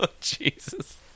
jesus